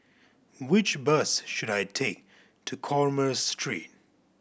which bus should I take to Commerce Street